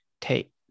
take